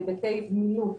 היבטי זמינות,